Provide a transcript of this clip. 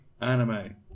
anime